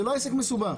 זה לא עסק מסובך.